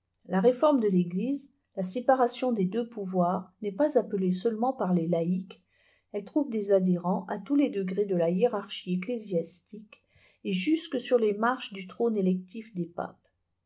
la réforme de l'eglise la séparation des deux pouvoirs n'est pas appelée seulement par des laïques elle trouve des adhérents à tous les degrés de la hiérarchie ecclésiastique et jusque sur les marches du trône électif des papes